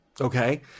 Okay